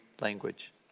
language